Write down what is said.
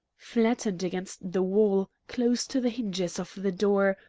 flattened against the wall, close to the hinges of the door,